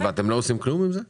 אתם לא עושים עם זה כלום?